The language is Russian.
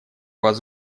вас